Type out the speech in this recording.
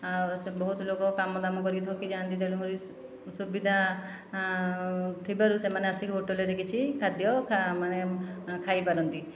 ଆଉ ସେ ବହୁତ ଲୋକ କାମ ଦାମ କରିକି ଥକି ଯାଆନ୍ତି ତେଣୁ କରି ସୁବିଧା ଥିବାରୁ ସେମାନେ ଆସିକି ହୋଟେଲରେ କିଛି ଖାଦ୍ୟ ମାନେ ଖାଇ ପାରନ୍ତି